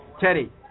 Teddy